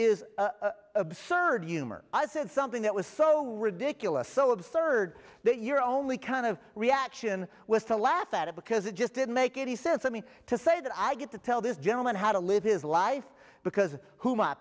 is absurd human i said something that was so ridiculous so absurd that your only kind of reaction was to laugh at it because it just didn't make any sense i mean to say that i get to tell this gentleman how to live his life because who my